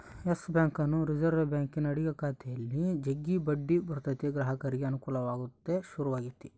Yes ಬ್ಯಾಂಕನ್ನು Reserve ಬ್ಯಾಂಕಿನ ಅಡಿಗ ಖಾತೆಯಲ್ಲಿ ಜಗ್ಗಿ ಬಡ್ಡಿ ಬರುತತೆ ಗ್ರಾಹಕರಿಗೆ ಅನುಕೂಲವಾಗಲಂತ ಶುರುವಾತಿ